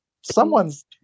someone's